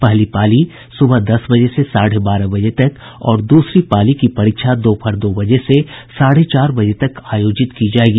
पहली पाली सुबह दस बजे से साढ़े बारह बजे तक और दूसरी पाली की परीक्षा दोपहर दो बजे से साढ़े चार बजे तक आयोजित की जायेगी